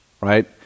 right